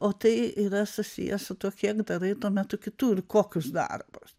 o tai yra susiję su tuo kiek darai tuo metu kitų ir kokius darbus